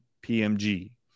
P-M-G